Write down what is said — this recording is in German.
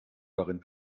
darin